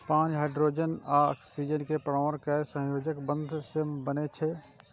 पानि हाइड्रोजन आ ऑक्सीजन के परमाणु केर सहसंयोजक बंध सं बनै छै